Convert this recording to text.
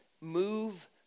Move